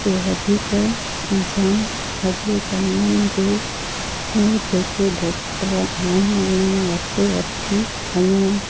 जे वधीक जामु लॻे त उन्हनि जे जेके डॉक्टर आहिनि उन्हनि वटि वठी वञणु